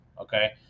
Okay